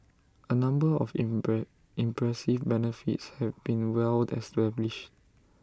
A number of impress impressive benefits have been well established